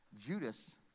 Judas